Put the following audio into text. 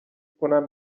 کنم